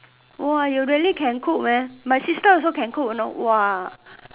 !wah! you really can cook man my sister also can cook know !wah!